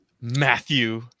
Matthew